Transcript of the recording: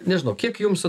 nežinau kiek jums